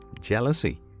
jealousy